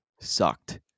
sucked